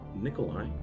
Nikolai